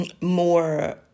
more